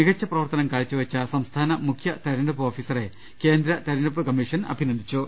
മികച്ച പ്രവർത്തനം കാഴ്ച്ചവെച്ച സംസ്ഥാന മുഖ്യതെരഞ്ഞെടുപ്പ് ഓഫീസറെ കേന്ദ്ര തെരഞ്ഞെടുപ്പ് കമ്മീഷൻ അഭിനന്ദിച്ചു